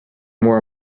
more